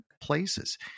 places